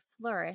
flourish